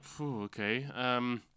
okay